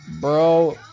Bro